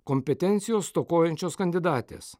kompetencijos stokojančios kandidatės